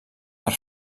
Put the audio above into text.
per